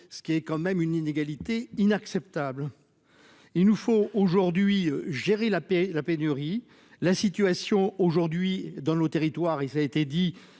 ce qui est quand même une inégalité inacceptable. Il nous faut aujourd'hui Gerry la paix la pénurie. La situation aujourd'hui dans le territoire et ça a été dit,